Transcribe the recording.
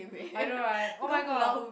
I know right oh-my-god